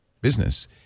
business